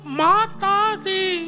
matadi